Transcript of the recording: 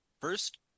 First